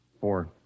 Four